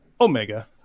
Omega